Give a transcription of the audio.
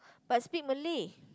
but still Malay